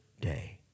day